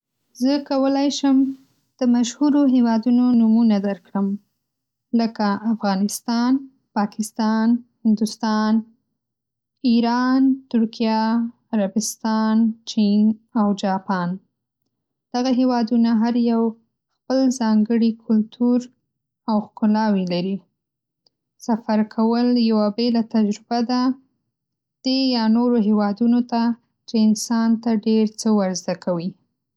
زه کولی شم د مشهورو هیوادونو نومونه درکړم. لکه افغانستان، پاکستان، هندوستان، ایران، ترکیه، عربستان، چین، او جاپان. دغه هېوادونه هر یو خپل ځانګړي کلتور او ښکلاوې لري. سفر کول یوه بېله تجربه ده دې یا نورو هېوادونو ته چې انسان ته ډېر څه ورزده کوي.